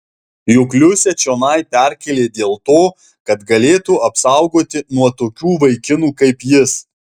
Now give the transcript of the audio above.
juk liusę čionai perkėlė dėl to kad galėtų apsaugoti nuo tokių vaikinų kaip jis